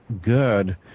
good